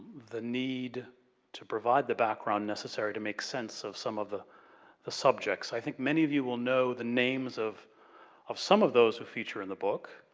the need to provide the background necessary to make sense of some of the the subjects. i think many of you will know the names of of some of those who feature in the book,